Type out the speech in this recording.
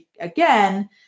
again